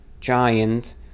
giant